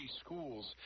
schools